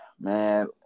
man